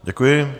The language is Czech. Děkuji.